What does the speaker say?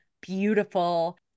Beautiful